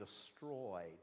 destroyed